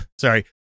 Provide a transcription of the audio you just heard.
Sorry